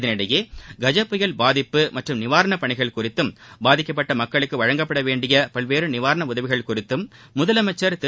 இதனிடையே கஜ புயல் பாதிப்பு மற்றும் நிவாரணப் பணிகள் குறித்தும் பாதிக்கப்பட்ட மக்களுக்கு வழங்கப்பட வேண்டிய பல்வேறு நிவாரண உதவிகள் குறித்தும் முதலமைச்சர் திரு